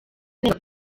nenga